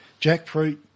jackfruit